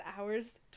hours